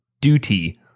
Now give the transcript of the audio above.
Duty